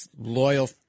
loyal